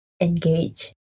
engage